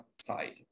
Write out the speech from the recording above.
side